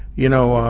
you know,